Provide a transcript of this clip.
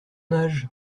âge